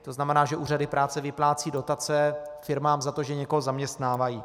To znamená, že úřady práce vyplácejí dotace firmám za to, že někoho zaměstnávají.